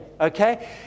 okay